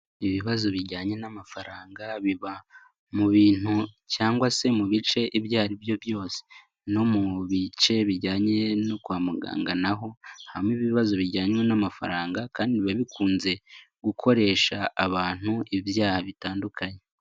Ibibazo bijyanye n'amafaranga biba mu bintu cyangwa se mu bice ibyo ari byo byose, no mu bice bijyanye no kwa muganga na ho habamo ibibazo bijyanye n'amafaranga kandi biba bikunze gukoresha abantu ibyaha bitandukanye.